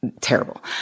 terrible